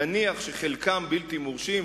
נניח שחלקם בלתי מורשים,